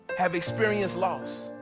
have experienced loss,